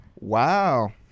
Wow